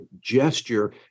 gesture